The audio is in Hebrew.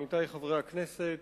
עמיתי חברי הכנסת,